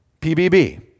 PBB